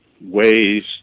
ways